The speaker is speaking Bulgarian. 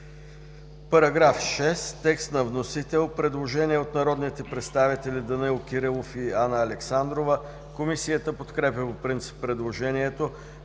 Параграф 12 – текст на вносител. Предложение от народния представител Данаил Кирилов и Анна Александрова. Комисията подкрепя предложението.